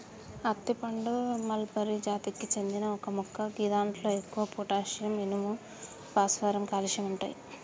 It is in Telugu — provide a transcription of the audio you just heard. అత్తి పండు మల్బరి జాతికి చెందిన ఒక మొక్క గిదాంట్లో ఎక్కువగా పొటాషియం, ఇనుము, భాస్వరం, కాల్షియం ఉంటయి